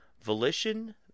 Volition